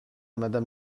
madame